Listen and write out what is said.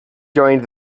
joined